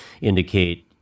indicate